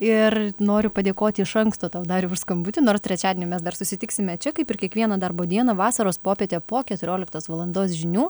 ir noriu padėkoti iš anksto tau dariau už skambutį nors trečiadienį mes dar susitiksime čia kaip ir kiekvieną darbo dieną vasaros popietė po keturioliktos valandos žinių